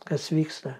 kas vyksta